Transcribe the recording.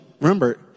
Remember